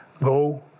go